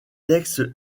textes